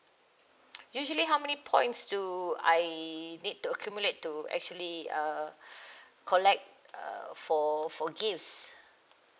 usually how many points do I need to accumulate to actually uh collect uh for for gifts